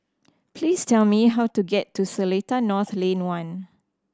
please tell me how to get to Seletar North Lane One